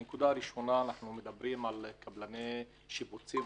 ראשית, כמה קבלני שיפוצים.